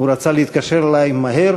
רצה להתקשר אלי מהר.